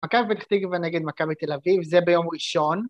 ‫מכבי פתח תקווה נגד מכבי תל אביב, ‫זה ביום ראשון.